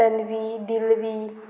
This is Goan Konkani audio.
तनवी दिलवी